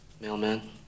Mailman